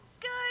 good